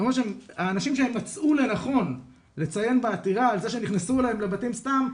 האנשים שמצאו לנכון לציין בעתירה על זה שנכנסו להם לבתים סתם,